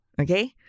Okay